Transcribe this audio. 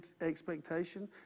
expectation